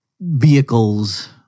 vehicles